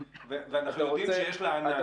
ואנחנו יודעים שיש לה ענן.